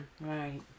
Right